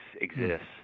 exists